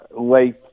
late